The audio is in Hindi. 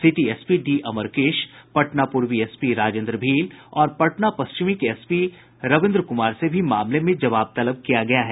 city SP D Amarkesh Patna पूर्वी एसपी राजेन्द्र भील और पटना पश्चिमी के एसपी रविन्द्र कुमार से भी मामले में जवाब तलब किया गया है